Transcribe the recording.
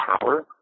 power